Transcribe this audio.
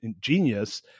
genius